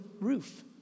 roof